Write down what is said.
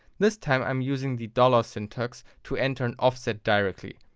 this time i'm using the dollar syntax to enter an offset directly.